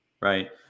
right